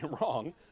wrong